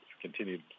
continued